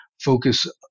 focus